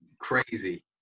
crazy